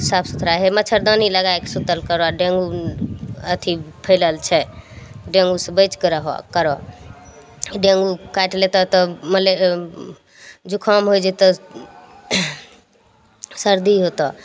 साफसुथड़ा हे मच्छड़दानी लगाए कऽ सुत्तल करो डेंगू अथी फैलल छै डेंगू से बचि कऽ रहो करो डेंगू काटि लेतो तऽ मले जुकाम होइ जेतो सर्दी होतो